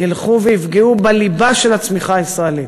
ילכו ויפגעו בליבה של הצמיחה הישראלית,